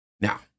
Now